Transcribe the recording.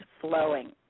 flowing